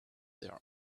their